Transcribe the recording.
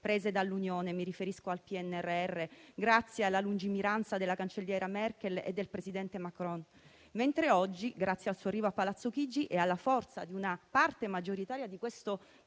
prese dall'Unione: mi riferisco al PNRR, grazie alla lungimiranza della cancelliera Merkel e del presidente Macron. Oggi, invece, grazie al suo arrivo a Palazzo Chigi e alla forza di una parte maggioritaria di questo